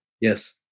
Yes